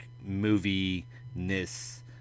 movie-ness